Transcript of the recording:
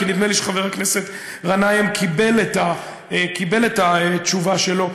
כי נדמה לי שחבר הכנסת גנאים קיבל את התשובה שלו,